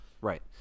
Right